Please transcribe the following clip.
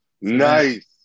Nice